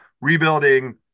rebuilding